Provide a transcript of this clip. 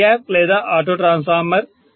variac లేదా auto transformer